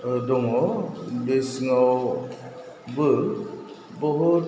ओह दङ बे सिङावबो बहुथ